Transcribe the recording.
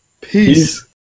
Peace